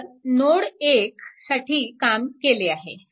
तर नोड 1 साठी काम केले आहे